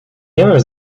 niemym